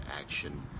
action